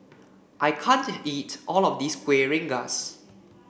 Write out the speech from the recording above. I can't eat all of this Kueh Rengas